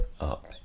up